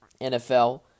NFL